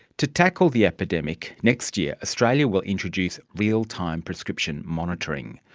to tackle the epidemic, next year australia will introduce real-time prescription monitoring.